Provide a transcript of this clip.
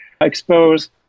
expose